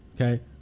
okay